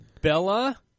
Bella